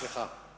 סליחה.